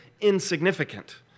insignificant